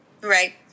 Right